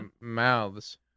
mouths